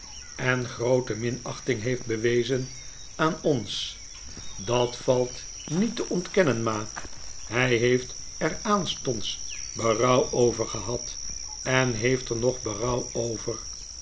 en groote minachting heeft bewezen aan ons dat valt niet te ontkennen ma hy heeft er aanstonds berouw over gehad en heeft er nog berouw over